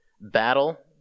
battle